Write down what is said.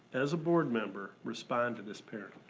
as a board member, respond to this parent?